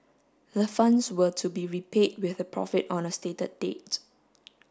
the funds were to be repaid with a profit on a stated date